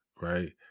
right